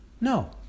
No